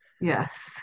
Yes